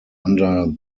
under